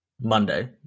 Monday